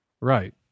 Right